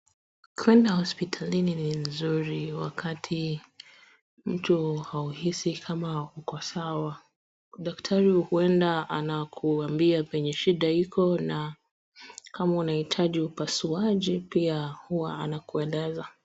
Kuenda hospitalini ni nzuri wakati mtu hauhisi kama hauko sawa. Daktari huenda anakuambia penye shida iko na kama unahitaji upasuaji pia huwa anakueleza.